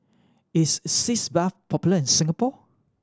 is Sitz Bath popular in Singapore